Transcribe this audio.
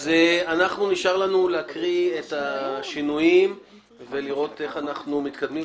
נשאר לנו להקריא את השינויים ולראות איך אנחנו מתקדמים.